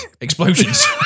Explosions